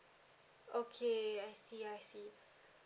okay I see I see